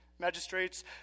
Magistrates